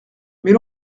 mais